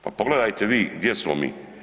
Pa pogledajte vi gdje smo mi.